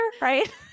right